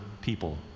people